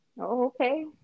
Okay